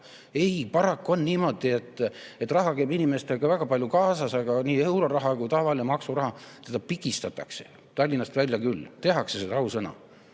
Ei, paraku on niimoodi, et raha käib inimestega väga palju kaasas, aga nii euroraha kui ka tavalist maksuraha pigistatakse Tallinnast välja küll. Tehakse seda, ausõna. Aga